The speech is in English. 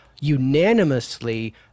unanimously